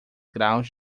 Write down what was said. graus